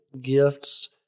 gifts